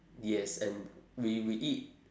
yes and we we eat